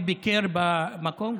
וביקר במקום,